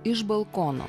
iš balkono